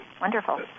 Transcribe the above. Wonderful